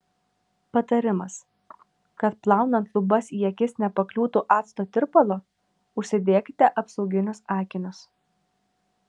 patarimas kad plaunant lubas į akis nepakliūtų acto tirpalo užsidėkite apsauginius akinius